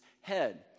head